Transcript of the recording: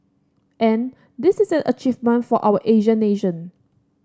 and this is an achievement for an Asian nation